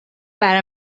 برای